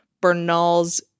bernal's